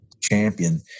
champion